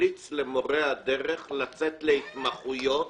ממליץ למורי הדרך לצאת להתמחויות